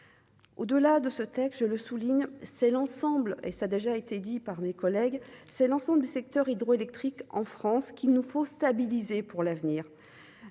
Au-delà de ce texte, je le souligne, c'est l'ensemble, et ça a déjà été dit par mes collègues, c'est l'ensemble du secteur hydroélectrique en France qu'il nous faut stabiliser pour l'avenir,